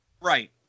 right